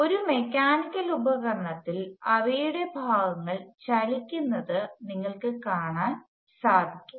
ഒരു മെക്കാനിക്കൽ ഉപകരണത്തിൽ അവയുടെ ഭാഗങ്ങൾ ചലിക്കുന്നത് നിങ്ങൾക്ക് കാണാൻ സാധിക്കും